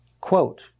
quote